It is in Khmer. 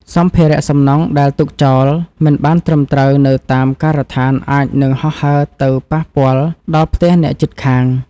សម្ភារៈសំណង់ដែលទុកចោលមិនបានត្រឹមត្រូវនៅតាមការដ្ឋានអាចនឹងហោះហើរទៅប៉ះពាល់ដល់ផ្ទះអ្នកជិតខាង។